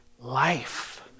life